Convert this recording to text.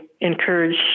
encourage